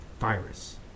virus